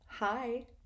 Hi